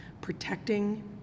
protecting